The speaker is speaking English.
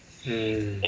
mm